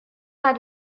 pas